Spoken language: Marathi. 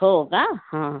हो का हा